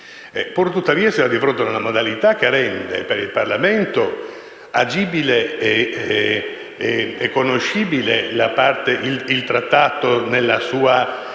Purtuttavia, siamo di fronte ad una modalità che rende per il Parlamento agibile e conoscibile il Trattato nella sua